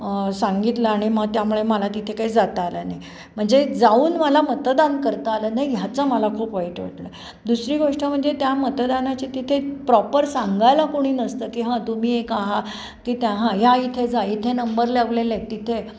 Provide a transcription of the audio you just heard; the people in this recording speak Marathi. सांगितलं आणि मग त्यामुळे मला तिथे काही जाता आलं नाही म्हणजे जाऊन मला मतदान करता आलं नाही ह्याचं मला खूप वाईट वाटलं दुसरी गोष्ट म्हणजे त्या मतदानाची तिथे प्रॉपर सांगायला कोणी नसतं की हां तुम्ही एक आहात तिथे हां ह्या इथे जा इथे नंबर लावलेला आहे तिथे